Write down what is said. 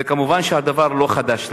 וכמובן, הדבר לא חדש לנו.